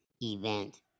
event